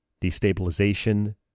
destabilization